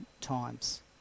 times